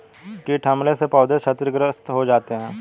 कीट हमले से पौधे क्षतिग्रस्त हो जाते है